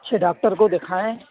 اچھے ڈاکٹر کو دِکھائیں